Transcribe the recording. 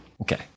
Okay